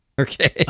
Okay